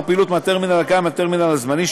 הפעילות מהטרמינל הקיים לטרמינל הזמני,